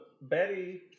Betty